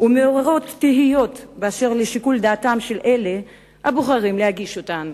ומעוררות תהיות בכל הקשור לשיקול דעתם של אלה הבוחרים להגיש אותן.